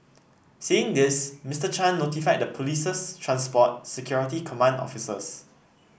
seeing this Mister Chan notified the police's transport security command officers